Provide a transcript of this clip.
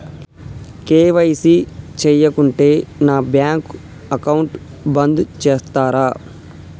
KYC చేయకుంటే నా bank account బంద్ చేస్తరా?